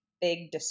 big